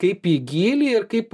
kaip į gylį ir kaip